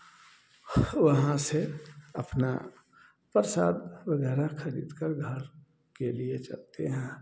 वहाँ से अपना प्रसाद वगैरह खरीद कर घर के लिए चलते हैं